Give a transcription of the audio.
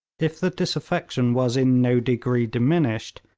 if the disaffection was in no degree diminished,